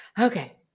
Okay